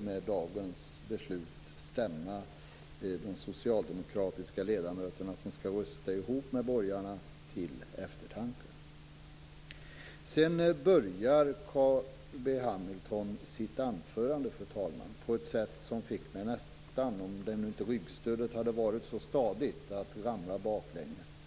med dagens beslut stämma de socialdemokratiska ledamöterna, som skall rösta ihop med borgarna, till eftertanke. Carl B Hamilton började sitt anförande på ett sätt som fick mig att nästan, om inte ryggstödet hade varit så stadigt, ramla baklänges.